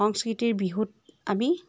সংস্কৃতিৰ বিহুত আমি